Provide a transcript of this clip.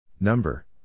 Number